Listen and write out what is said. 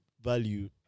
value